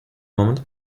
moment